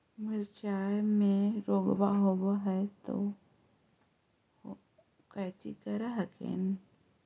मिर्चया मे रोग्बा होब है तो कौची कर हखिन?